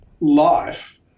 Life